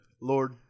Lord